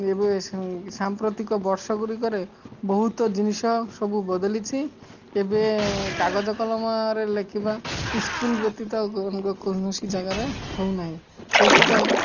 ଏବେ ସାମ୍ପ୍ରତିକ ବର୍ଷ ଗୁଡ଼ିକରେ ବହୁତ ଜିନିଷ ସବୁ ବଦଳିଛି ଏବେ କାଗଜ କଲମରେ ଲେଖିବା ସ୍କୁଲ୍ ବ୍ୟତୀତ କୌଣସି ଜାଗାରେ ହଉ ନାହିଁ ସେଇଥିପାଇଁ